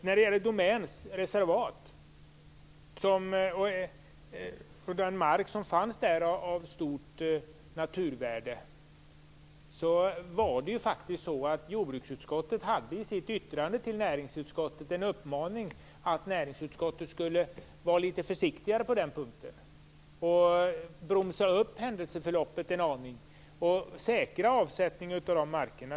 När det gäller Domäns reservat och den mark som har stort naturvärde, gav jordbruksutskottet i sitt yttrande till näringsutskottet en uppmaning om att näringsutskottet skulle vara litet försiktigare på den punkten, bromsa upp händelseförloppet en aning och säkra avsättningen av markerna.